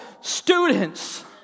Students